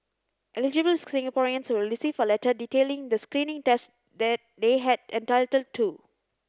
Eligible Singaporeans will receive a letter detailing the screening tests that they had entitled to